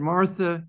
Martha